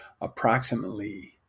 approximately